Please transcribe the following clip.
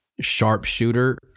Sharpshooter